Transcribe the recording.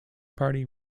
party